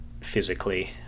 physically